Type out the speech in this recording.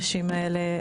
האנשים האלה,